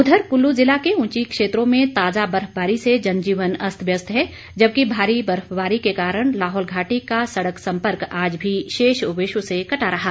उधर कुल्लू जिला के ऊंचे क्षेत्रों में ताजा बर्फबारी से जनजीवन अस्त व्यस्त है जबकि भारी बर्फबारी के कारण लाहौल घाटी का सड़क संपर्क आज भी शेष विश्व से कटा रहा